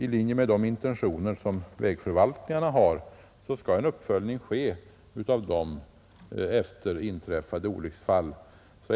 I linje med de intentioner som vägförvaltningarna har skall de göra en uppföljning efter inträffade olycksfall.